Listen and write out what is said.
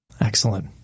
Excellent